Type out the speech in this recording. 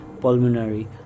pulmonary